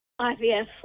IVF